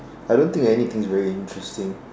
I don't think I anything's very interesting